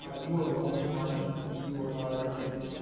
ah you are loaning money to another entity.